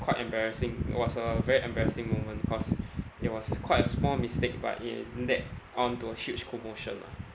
quite embarrassing it was a very embarrassing moment cause it was quite a small mistake but it led on to a huge commotion lah